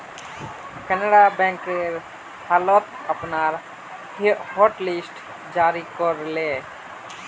Canara bank हाल त अपनार हॉटलिस्ट जारी कर ले